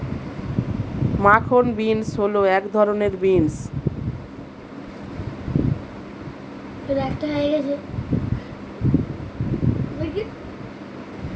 মাখন বিন্স হল এক ধরনের বিন্স